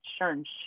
insurance